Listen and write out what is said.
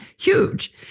huge